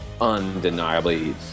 undeniably